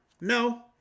No